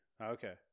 Okay